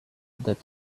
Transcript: that